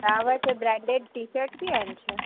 तव्हां वटि branded T shirt बि आहिनि छा